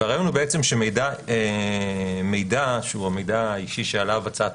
הרעיון הוא שמידע שהוא המידע האישי שאליו הצעת